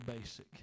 basic